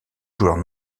joueurs